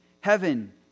heaven